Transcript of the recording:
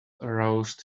roused